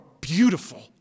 beautiful